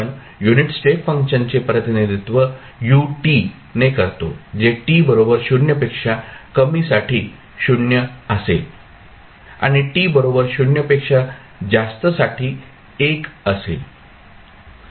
आपण unit step फंक्शनचे प्रतिनिधित्व ut ने करतो जे t बरोबर 0 पेक्षा कमी साठी 0 असेल आणि t बरोबर 0 पेक्षा जास्त साठी 1 असेल